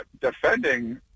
defending